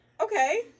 Okay